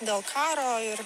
dėl karo ir